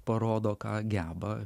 parodo ką geba